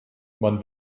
man